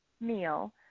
meal